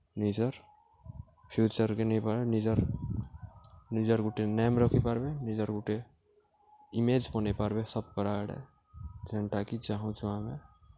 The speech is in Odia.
ନିଜର୍ ଫ୍ୟୁଚର୍କେ ନେଇପାର୍ବେ ନିଜର୍ ନିଜର୍ ଗୁଟେ ନେମ୍ ରଖିପାର୍ବେ ନିଜର୍ ଗୁଟେ ଇମେଜ୍ ବନେଇ ପାର୍ବେ ସବ୍କର୍ ଆଗ୍ଆଡ଼େ ଯେନ୍ଟାକି ଚାହୁଁଛୁ ଆମେ